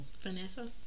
Vanessa